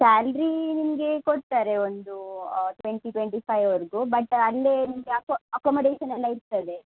salary ನಿಮಗೆ ಕೊಡ್ತಾರೆ ಒಂದು ಟ್ವೆಂಟಿ ಟ್ವೆಂಟಿ ಫೈವ್ವರೆಗೂ ಬಟ್ ಅಲ್ಲೆ ನಿಮಗೆ ಅಕಮಡೇಷನ್ ಎಲ್ಲ ಇರ್ತದೆ